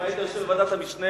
אם היית יושב בוועדת המשנה,